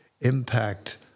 impact